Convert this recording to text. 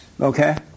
Okay